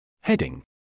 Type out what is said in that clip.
Heading